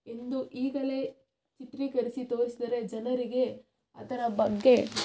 ಎಂದು ಈಗಲೇ ಚಿತ್ರೀಕರಿಸಿ ತೋರಿಸಿದರೆ ಜನರಿಗೆ ಅದರ ಬಗ್ಗೆ